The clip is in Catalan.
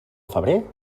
febrer